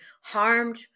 harmed